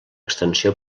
extensió